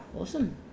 awesome